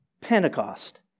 Pentecost